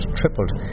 tripled